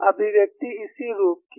अभिव्यक्ति इसी रूप की है